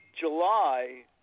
July